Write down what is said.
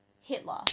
Hitler